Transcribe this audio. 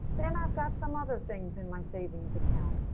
then i've got some other things in my savings account.